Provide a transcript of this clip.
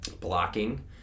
blocking